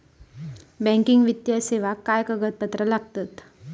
Banking वित्तीय सेवाक काय कागदपत्र लागतत?